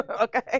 Okay